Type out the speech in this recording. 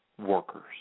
workers